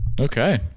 Okay